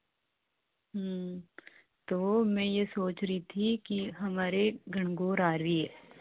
तो मैं यह सोच रही थी कि हमारे घंघोर आ रही है